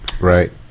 Right